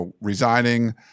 resigning